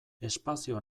espazio